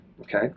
okay